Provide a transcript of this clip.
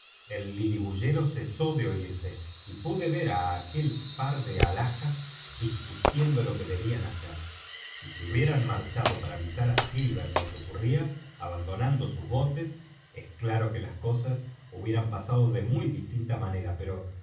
el lilibullero cesó de oirse y pude ver á aquel par de alhajas discutiendo lo que debían hacer si se hubieran marchado para avisar á silver lo que ocurría abandonando sus botes es claro que las cosas hubieran pasado de muy distinta manera pero